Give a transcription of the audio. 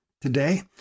today